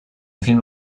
film